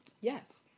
Yes